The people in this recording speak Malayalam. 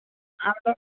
അപ്പം